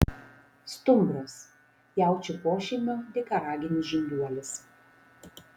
stumbras jaučių pošeimio dykaraginis žinduolis